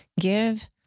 give